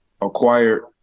acquired